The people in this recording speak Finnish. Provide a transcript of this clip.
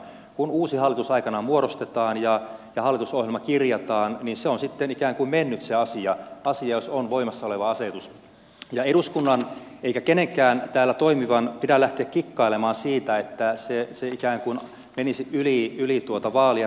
kun uusi hallitus aikanaan muodostetaan ja hallitusohjelma kirjataan niin se asia on sitten ikään kuin mennyt jos on voimassa oleva asetus eikä eduskunnan tai kenenkään täällä toimivan pidä lähteä kikkailemaan siitä että se ikään kuin menisi yli vaalien ja raukeaisi